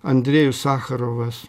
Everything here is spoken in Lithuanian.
andrėjus sacharovas